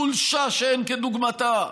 חולשה שאין כדוגמתה,